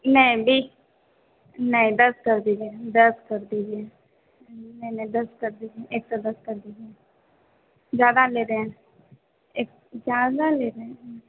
नहीं डिक नहीं दस कर दीजिए दस कर दीजिए नहीं नहीं दस कर दीजिए एक सौ दस कर दीजिए ज़्यादा ले रहें एक ज़्यादा ले रहे हैं